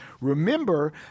Remember